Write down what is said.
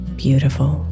beautiful